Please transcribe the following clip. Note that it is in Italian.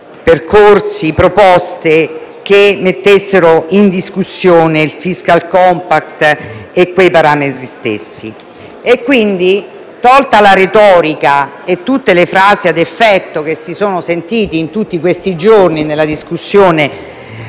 percorsi, proposte che mettessero in discussione il *fiscal compact* e quegli stessi parametri. Quindi, tolta la retorica e tutte le frasi a effetto che si sono sentite in questi giorni nella discussione